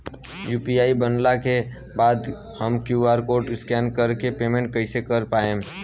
UPI बनला के बाद हम क्यू.आर कोड स्कैन कर के पेमेंट कइसे कर पाएम?